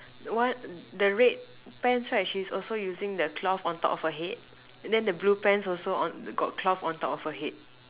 one the red pants right she's also using the cloth on top of her head and then the blue pants also on got cloth on top of her head